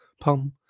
pum